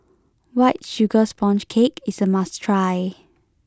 white sugar sponge cake is a must try